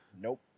Nope